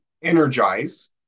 energize